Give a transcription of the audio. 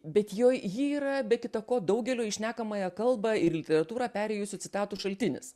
bet joj ji yra be kita ko daugelio į šnekamąją kalbą ir literatūrą perėjusių citatų šaltinis